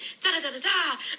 Da-da-da-da-da